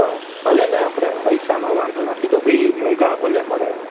પણ ભલે ને આપણે પૈસાનો વાંધો નથી તો બેય મોંઘા ભલે પડે એમ